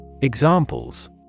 Examples